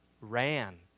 ran